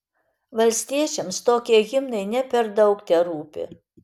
valstiečiams tokie himnai ne per daug terūpi